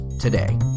today